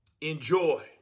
Enjoy